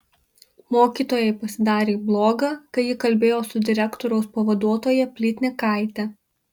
mokytojai pasidarė bloga kai ji kalbėjo su direktoriaus pavaduotoja plytnikaite